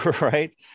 right